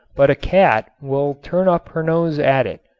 but a cat will turn up her nose at it.